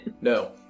No